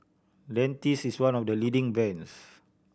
dentiste is one of the leading brands